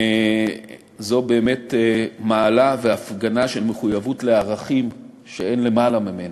אלה באמת בעלי מעלה והפגנה של מחויבות לערכים שאין למעלה ממנה.